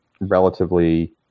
relatively